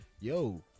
yo